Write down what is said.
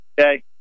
Okay